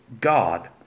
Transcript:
God